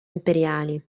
imperiali